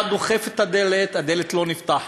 אתה דוחף את הדלת, הדלת לא נפתחת.